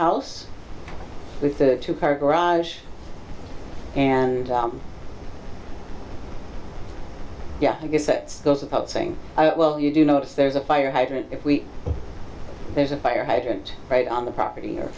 house with the two car garage and yeah i guess that goes without saying well you do notice there's a fire hydrant if we there's a fire hydrant right on the property or